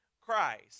Christ